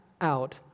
out